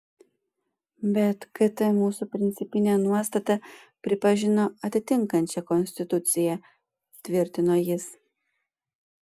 bet kt mūsų principinę nuostatą pripažino atitinkančia konstituciją tvirtino jis